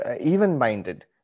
even-minded